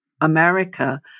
America